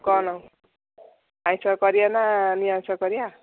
କ'ଣ ଆଇଁଷ କରିବା ନା ନିରାମିଷ କରିବା